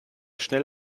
schnell